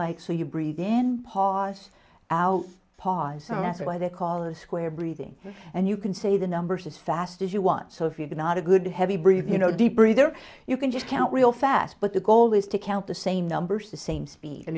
like so you breathe then pause out pause so that's why they call a square breathing and you can say the numbers as fast as you want so if you're not a good heavy breathing know deep breathe or you can just count real fast but the goal is to count the same numbers the same speed and